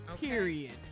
Period